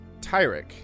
Tyrek